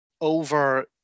over